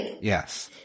Yes